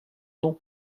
nom